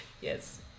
Yes